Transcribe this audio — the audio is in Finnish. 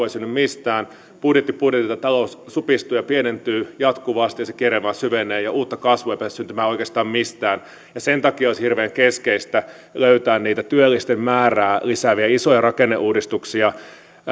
ei synny mistään budjetti budjetilta talous supistuu ja pienentyy jatkuvasti niin se kierre vain syvenee ja uutta kasvua ei pääse syntymään oikeastaan mistään sen takia olisi hirveän keskeistä löytää niitä työllisten määrää lisääviä isoja rakenneuudistuksia